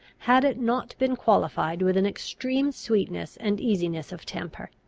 had it not been qualified with an extreme sweetness and easiness of temper.